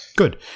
Good